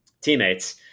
teammates